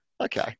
Okay